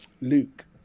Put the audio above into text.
Luke